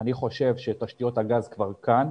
אני חושב שתשתיות הגז כבר כאן,